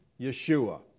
Yeshua